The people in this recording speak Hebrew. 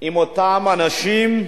עם אותם אנשים באפריקה,